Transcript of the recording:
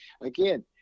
again